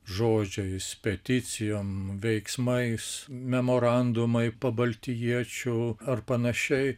žodžiais peticijom veiksmais memorandumai pabaltijiečių ar panašiai